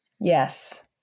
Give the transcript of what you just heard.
Yes